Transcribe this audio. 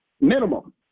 Minimum